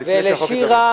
עוד לפני שהחוק עובר.